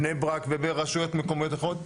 בני ברק וברשויות מקומיות אחרות,